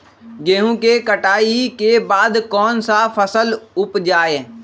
गेंहू के कटाई के बाद कौन सा फसल उप जाए?